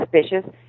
suspicious